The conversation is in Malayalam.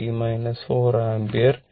467 ആമ്പിയർ